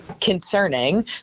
concerning